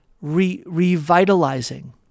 revitalizing